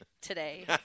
today